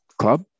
club